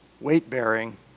weight-bearing